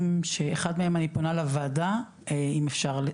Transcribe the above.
שאחד מהם אני פונה לוועדה אם אפשר,